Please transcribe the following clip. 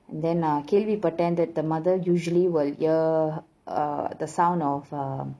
and then uh கேள்வி பட்டேன்:kaelvi pattaen the mother usually will hear err the sound of um